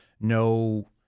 no